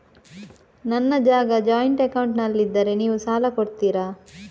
ನನ್ನ ಜಾಗ ಜಾಯಿಂಟ್ ಅಕೌಂಟ್ನಲ್ಲಿದ್ದರೆ ನೀವು ಸಾಲ ಕೊಡ್ತೀರಾ?